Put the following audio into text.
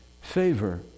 favor